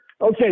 Okay